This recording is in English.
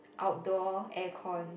outdoor aircon